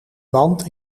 band